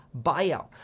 buyout